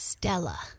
Stella